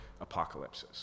apocalypses